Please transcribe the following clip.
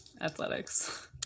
athletics